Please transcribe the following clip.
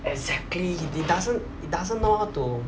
exactly he doesn't he doesn't know how to